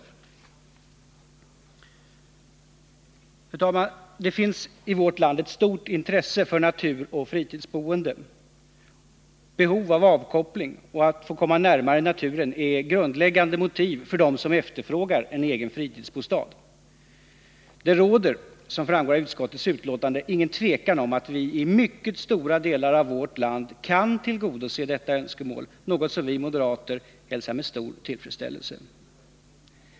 Fru talman! Det finns i vårt land ett stort intresse för natur och fritidsboende. Behov av avkoppling och av att få komma närmare naturen är grundläggande motiv för dem som efterfrågar en egen fritidsbostad. Det råder, som framgår av utskottets betänkande, inget tvivel om att vi i mycket stora delar av vårt land kan tillgodose dessa önskemål — något som vi moderater hälsar med stor tillfredsställelse.